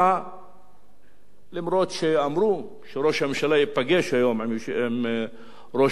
אף-על-פי שאמרו שראש הממשלה ייפגש היום עם ראש מועצת דאלית-אל-כרמל,